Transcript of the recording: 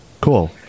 cool